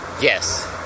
yes